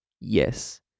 Yes